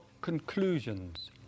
conclusions